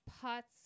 pots